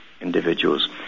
individuals